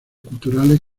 culturales